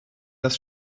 das